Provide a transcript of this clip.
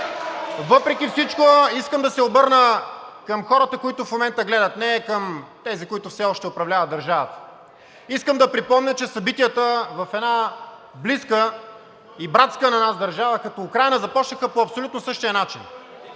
Въпреки всичко, искам да се обърна към хората, които в момента гледат, а не към тези, които все още управляват държавата. Искам да припомня, че събитията в една близка и братска на нас държава като Украйна започнаха по същия начин.